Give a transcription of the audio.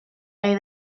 lay